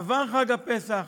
עבר חג הפסח,